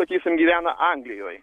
sakysim gyvena anglijoj